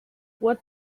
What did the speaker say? what